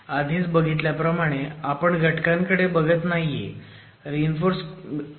आधीच बघितल्याप्रमाणे आपण घटकांकडे बघत नाहीये